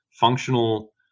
functional